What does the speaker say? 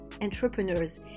entrepreneurs